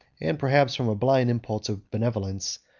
and perhaps from a blind impulse of benevolence,